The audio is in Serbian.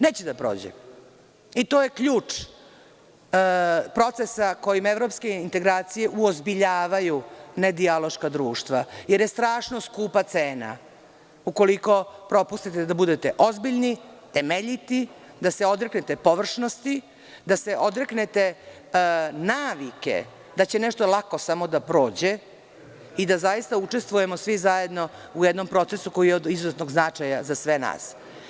Neće da prođe i to je ključ procesa kojim evropske integracije uozbiljavaju nedijaloška društva, jer je strašno skupa cena ukoliko propustite da budete ozbiljni, temeljiti, da se odreknete površnosti, da se odreknete navike da će nešto lako samo da prođe i da zaista učestvujemo svi zajedno u jednom procesu koji je od izuzetnog značaja za sve nas.